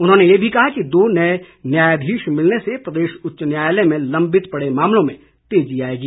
उन्होंने ये भी कहा कि दो नए न्यायाधीश मिलने से प्रदेश उच्च न्यायालय में लंबित पड़े मामलों में तेजी आएंगी